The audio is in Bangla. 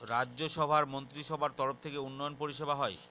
রাজ্য সভার মন্ত্রীসভার তরফ থেকে উন্নয়ন পরিষেবা হয়